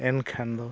ᱮᱱᱠᱷᱟᱱ ᱫᱚ